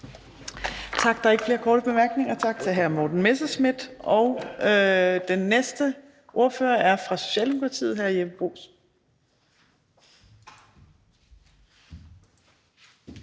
Tak. Der er ikke flere korte bemærkninger. Tak til hr. Morten Messerschmidt, og den næste ordfører er fra Socialdemokratiet. Hr. Jeppe Bruus.